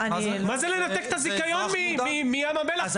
מה זה לנתק את הזיכיון מים המלח?